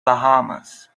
bahamas